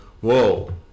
whoa